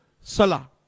salah